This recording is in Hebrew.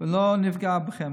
ולא נפגע בכם.